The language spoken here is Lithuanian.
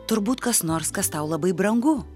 turbūt kas nors kas tau labai brangu